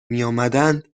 میآمدند